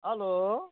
hello